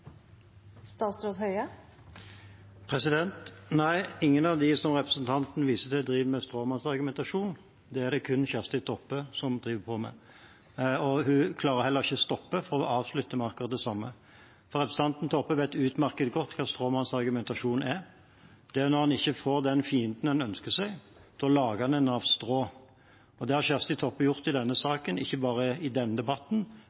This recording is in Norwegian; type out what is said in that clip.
det kun Kjersti Toppe som driver på med, og hun klarer heller ikke å stoppe, for hun avslutter med akkurat det samme. For representanten Toppe vet utmerket godt hva stråmannsargumentasjon er: Det er når en ikke får den fienden en ønsker seg. Da lager man en av strå. Det har Kjersti Toppe gjort i denne saken, ikke bare i denne debatten,